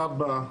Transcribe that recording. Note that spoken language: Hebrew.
כב"א,